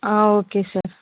okay sir